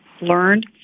learned